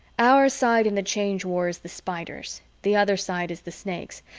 our side in the change war is the spiders, the other side is the snakes,